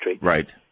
Right